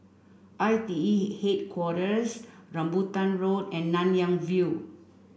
I T E Headquarters Rambutan Road and Nanyang View